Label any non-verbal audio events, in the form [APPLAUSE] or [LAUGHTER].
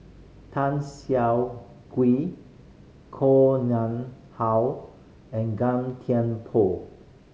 Tan Siah Kwee Koh Nguang How and [UNINTELLIGIBLE] Thiam Poh